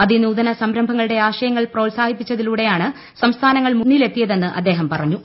അതിനുതന സംരംഭങ്ങളുടെ ആശയങ്ങൾ പ്രോത്സാഹിപ്പിച്ചതിലൂടെയാണ് സംസ്ഥാനങ്ങൾ മുന്നിലെത്തിയതെന്ന് അദ്ദേഹം പറഞ്ഞു